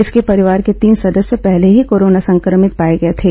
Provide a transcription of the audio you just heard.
इसके परिवार के तीन सदस्य पहले ही कोरोना संक्रमित पाए गए थे